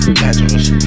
dangerous